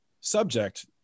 subject